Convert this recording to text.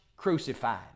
crucified